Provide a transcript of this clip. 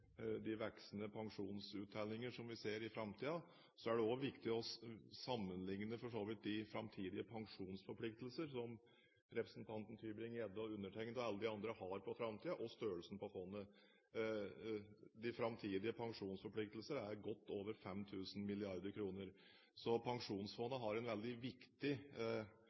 de voksende pensjonsuttellinger som vi ser i framtiden, er det også viktig å sammenligne de framtidige pensjonsforpliktelser som representanten Tybring-Gjedde og undertegnede og alle andre har i framtiden, med størrelsen på fondet. De framtidige pensjonsforpliktelsene er godt over 5 000 mrd. kr, så Pensjonsfondet har en veldig viktig